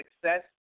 success